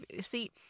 see